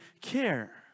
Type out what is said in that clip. care